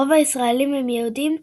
רוב הישראלים הם יהודים,